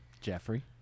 Jeffrey